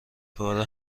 پاره